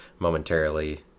momentarily